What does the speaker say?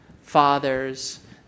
fathers